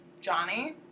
Johnny